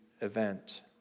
event